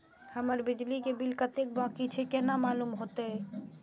हमर बिजली के बिल कतेक बाकी छे केना मालूम होते?